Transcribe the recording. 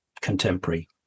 contemporary